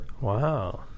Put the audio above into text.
Wow